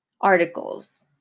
articles